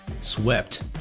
swept